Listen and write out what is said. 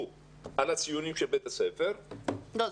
מראש על הציונים של בתי הספר --- לא,